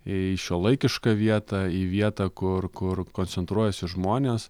į šiuolaikišką vietą į vietą kur kur koncentruojasi žmonės